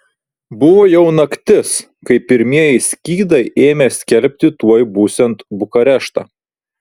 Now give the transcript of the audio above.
buvo jau naktis kai pirmieji skydai ėmė skelbti tuoj būsiant bukareštą